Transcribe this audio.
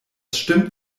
stimmt